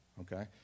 okay